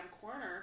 corner